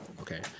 okay